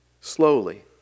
slowly